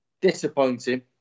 disappointing